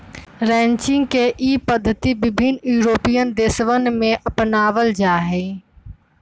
ranching के ई पद्धति विभिन्न यूरोपीयन देशवन में अपनावल जाहई